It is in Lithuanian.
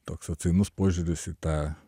toks atsainus požiūris į tą